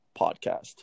podcast